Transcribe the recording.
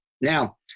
Now